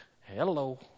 Hello